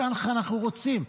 כך אנחנו רוצים,